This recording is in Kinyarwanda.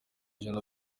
ijana